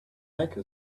make